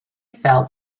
felt